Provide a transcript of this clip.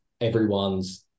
everyone's